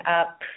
up